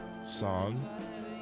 Song